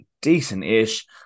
decent-ish